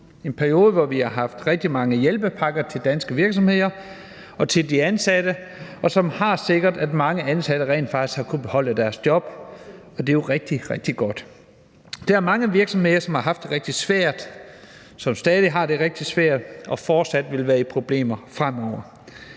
periode, hvor vi har haft rigtig mange hjælpepakker til danske virksomheder og til de ansatte, hvilket har sikret, at mange ansatte rent faktisk har kunnet beholde deres job. Og det er jo rigtig, rigtig godt. Der er mange virksomheder, som har haft det rigtig svært, og som stadig har det rigtig svært og fortsat vil være i problemer fremover.